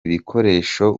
bikoresho